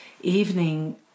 evening